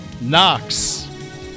Knox